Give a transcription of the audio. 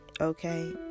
okay